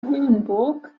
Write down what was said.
höhenburg